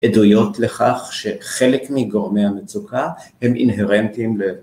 עדויות לכך שחלק מגורמי המצוקה הם אינהרנטים ל...